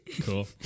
cool